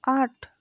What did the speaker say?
আট